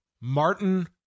Martin